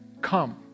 come